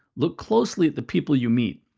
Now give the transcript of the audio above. look closely at the people you meet.